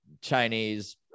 chinese